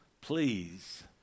please